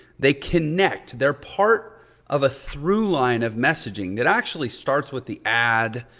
they connect. they're part of a through line of messaging that actually starts with the ad,